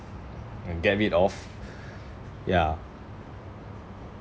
mm get rid of yeah